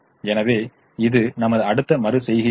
எனவே இது நமது அடுத்த மறு செய்கை ஆகும்